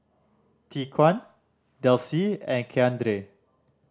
Tyquan Delcie and Keandre